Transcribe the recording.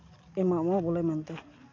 ᱮᱢᱟᱜ ᱢᱟ ᱵᱚᱞᱮ ᱢᱮᱱᱛᱮ